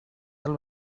del